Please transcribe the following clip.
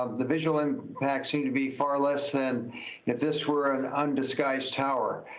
um the visual impact seem to be far less than if this were an undisguised tower.